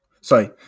Sorry